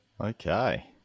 Okay